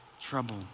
trouble